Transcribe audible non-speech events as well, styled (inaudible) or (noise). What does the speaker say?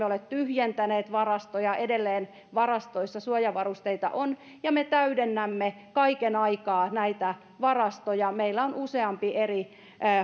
(unintelligible) ole tyhjentäneet varastoja edelleen varastoissa suojavarusteita on ja me täydennämme kaiken aikaa näitä varastoja meillä on useampi eri